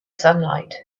sunlight